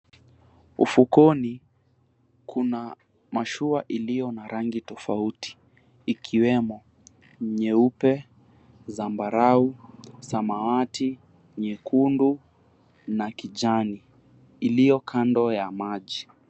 Ufukoni kuna mashua iliyo na rangi tofauti ikiwemo nyeupe, zambarau, samawati, nyekundu na kijani iliyo kando ya maji.